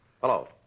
Hello